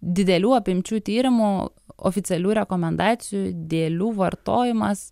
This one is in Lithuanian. didelių apimčių tyrimų oficialių rekomendacijų dėlių vartojimas